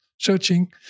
searching